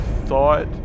thought